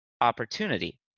opportunity